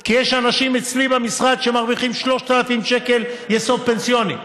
כי יש אנשים אצלי במשרד שמרוויחים 3,000 שקל יסוד פנסיוני.